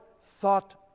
thought